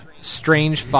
strange